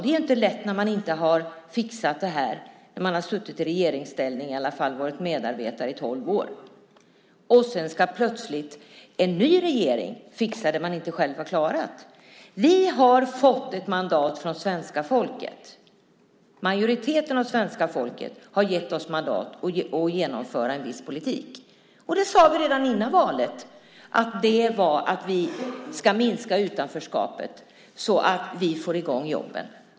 Det är inte lätt när man inte har fixat det här när man har suttit i regeringsställning, i alla fall varit medarbetare, i tolv år, och sedan ska plötsligt en ny regering fixa det man inte själv har klarat. Vi har fått ett mandat från svenska folket. Majoriteten av svenska folket har gett oss mandat att genomföra en viss politik. Vi sade redan innan valet att vi ska minska utanförskapet så att vi får i gång jobben.